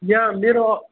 यहाँ मेरो